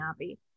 Navi